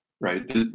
right